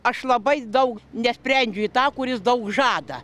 aš labai daug nesprendžiu į tą kuris daug žada